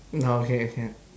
now okay can